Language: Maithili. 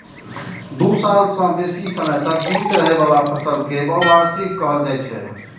दू साल सं बेसी समय तक जीवित रहै बला फसल कें बहुवार्षिक कहल जाइ छै